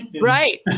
Right